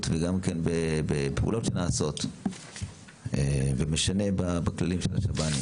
וגם בפעולות שנעשות ומשנה בכללים של השב"ן,